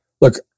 look